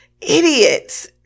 idiots